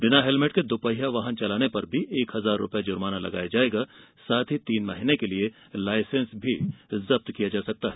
बिना हेलमेट के द्वपहिया वाहन चलाने पर एक हजार रुपये जुर्माना लगाया जायेगा साथ ही तीन महीने के लिए लाइसेंस भी जब्त किया जा सकता है